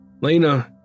Lena